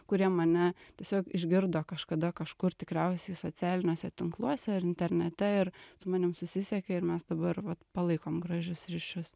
kurie mane tiesiog išgirdo kažkada kažkur tikriausiai socialiniuose tinkluose ar internete ir su manim susisiekė ir mes dabar vat palaikom gražius ryšius